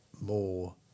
more